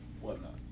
whatnot